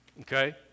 okay